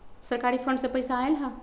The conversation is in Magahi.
सरकारी फंड से पईसा आयल ह?